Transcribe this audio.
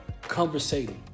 conversating